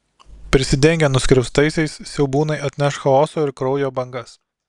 prisidengę nuskriaustaisiais siaubūnai atneš chaoso ir kraujo bangas